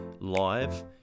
live